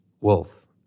Wolf